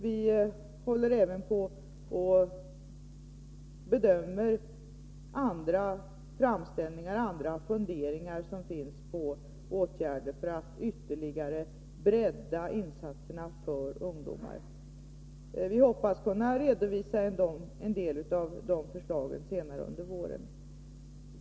Vi håller även på och bedömer andra funderingar som finns om åtgärder för att ytterligare bredda insatserna för ungdomar. Vi hoppas kunna redovisa 95 en del av de förslagen senare under våren.